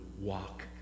walk